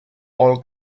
all